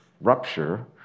rupture